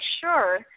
sure